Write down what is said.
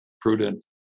prudent